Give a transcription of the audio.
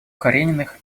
карениных